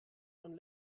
von